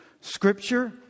Scripture